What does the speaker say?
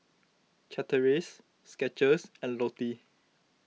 Chateraise Skechers and Lotte